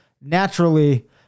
Naturally